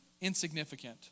insignificant